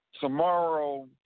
tomorrow